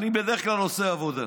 אני בדרך כלל עושה עבודה,